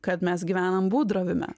kad mes gyvenam būdravime